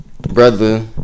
Brother